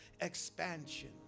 expansion